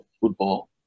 football